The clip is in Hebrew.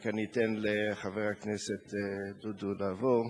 רק אתן לחבר הכנסת דודו לעבור.